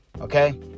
Okay